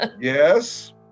Yes